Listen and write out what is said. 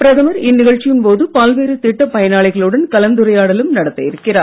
பிரதமர் இந்நிகழ்ச்சியின் போது பல்வேறு திட்டப் பயனாளிகளுடன் கலந்துரையாடலும் நடத்த இருக்கிறார்